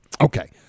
Okay